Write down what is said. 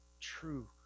True